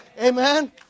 Amen